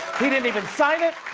he didn't even sign it.